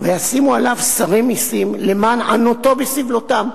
וישימו עליו שרי מסים למען ענותו בסבלותם,